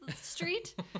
Street